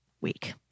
week